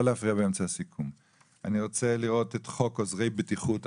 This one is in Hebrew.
אני רוצה לראות את חוק עוזרי בטיחות,